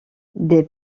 des